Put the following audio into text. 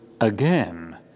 again